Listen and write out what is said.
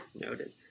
noted